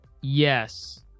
Yes